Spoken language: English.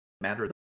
matter